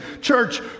Church